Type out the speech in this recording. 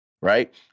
right